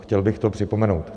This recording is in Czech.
Chtěl bych to připomenout.